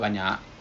right kan